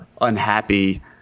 unhappy